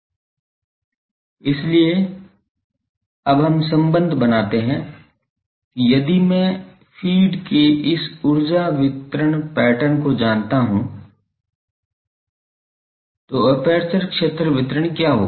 इसलिए अब हम सम्बन्ध बनाते हैं कि यदि मैं फ़ीड के इस ऊर्जा विकिरण पैटर्न को जानता हूं तो एपर्चर क्षेत्र वितरण क्या होगा